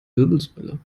wirbelsäule